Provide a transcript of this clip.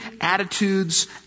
attitudes